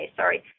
sorry